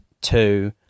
two